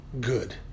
good